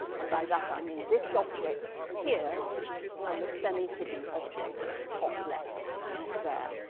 and by that i mean this object here and the semi-hidden object top-left there.